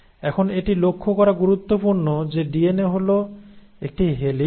এখন এটি লক্ষ করা গুরুত্বপূর্ণ যে ডিএনএ হল একটি হিলিক্স